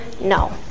No